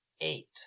eight